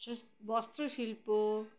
বস্ত্রশিল্প